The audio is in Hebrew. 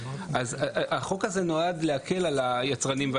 אז אולי באמת אפשר להחליט שאם זה הקלה,